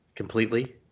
completely